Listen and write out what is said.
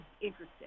interested